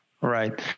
right